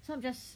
so I'm just